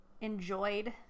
enjoyed